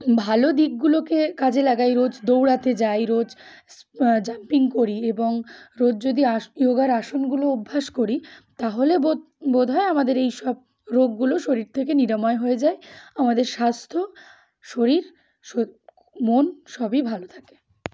ভালো দিকগুলোকে কাজে লাগাই রোজ দৌড়াতে যাই রোজ জাম্পিং করি এবং রোজ যদি আস যোগার আসনগুলো অভ্যাস করি তাহলে বোধ বোধহ হয় আমাদের এই সব রোগগুলো শরীর থেকে নিরাময় হয়ে যায় আমাদের স্বাস্থ্য শরীর মন সবই ভালো থাকে